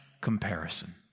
comparison